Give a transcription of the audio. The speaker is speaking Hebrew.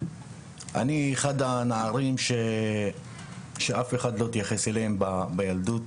אני אחד הנערים שאף אחד לא התייחס אליהם בילדות,